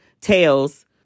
tales